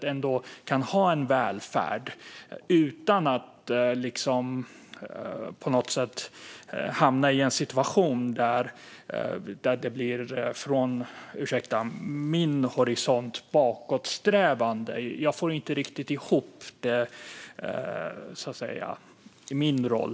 Det handlar om att vi ändå kan ha en välfärd utan att på något sätt hamna i en situation där det från min horisont, ursäkta detta, blir ett bakåtsträvande. Jag får inte riktigt ihop det i min roll.